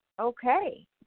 Okay